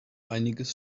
einiges